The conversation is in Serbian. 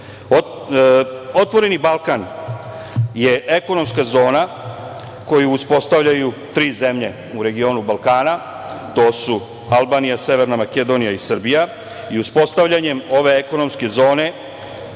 života. Otvoreni Balkan je ekonomska zona koju uspostavljaju tri zemlje u regionu Balkana, to su Albanija, Severna Makedonija i Srbija i uspostavljanjem ove ekonomske zone,